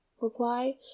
reply